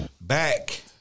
Back